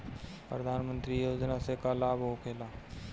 प्रधानमंत्री योजना से का लाभ होखेला?